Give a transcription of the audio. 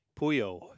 Puyo